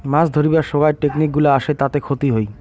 মাছ ধরিবার সোগায় টেকনিক গুলা আসে তাতে ক্ষতি হই